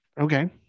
Okay